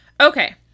Okay